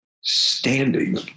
standing